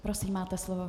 Prosím, máte slovo.